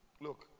look